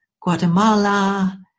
Guatemala